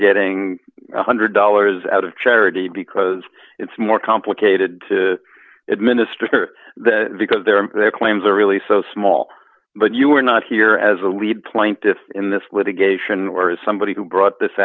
getting one hundred dollars out of charity because it's more complicated to administer the because there are their claims are really so small but you're not here as a lead plaintiffs in this litigation or as somebody who brought th